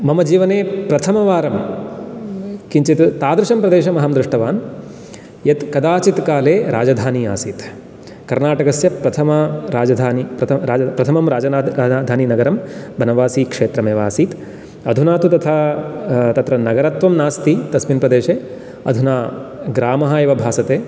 मम जीवने प्रथमवारं किञ्चित् तादृशं प्रदेशं अहं दृष्टवान् यत् कदाचित् काले राजधानी आसीत् कर्णाटकस्य प्रथमराजधानी प्रथमं राज धानीनगरं बनवासी क्षेत्रमेव आसीत् अधुना तु तथा तत्र नगरत्त्वं नास्ति तस्मिन् प्रदेशे अधुना ग्रामः एव भासते